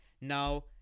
Now